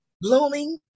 blooming